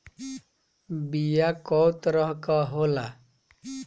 बीया कव तरह क होला?